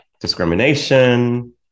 discrimination